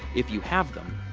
if you have them.